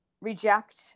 reject